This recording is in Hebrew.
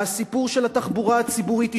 והסיפור של התחבורה הציבורית ישתנה,